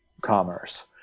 commerce